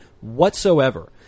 whatsoever